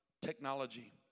technology